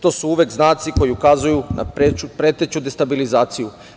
To su uvek znaci koji ukazuju na preteću destabilizaciju.